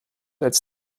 als